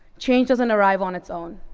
change doesn't arrive on its own.